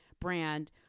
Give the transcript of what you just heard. brand